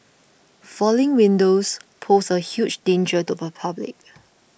falling windows pose a huge danger to the public